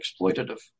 exploitative